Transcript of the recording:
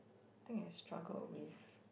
think I struggled with